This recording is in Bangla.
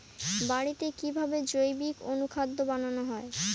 বাড়িতে কিভাবে জৈবিক অনুখাদ্য বানানো যায়?